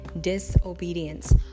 disobedience